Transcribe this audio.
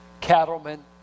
cattlemen